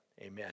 Amen